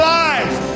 life